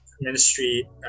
ministry